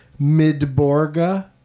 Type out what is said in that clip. Midborga